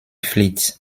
fleet